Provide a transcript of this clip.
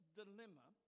dilemma